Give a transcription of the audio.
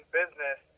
business